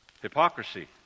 Hypocrisy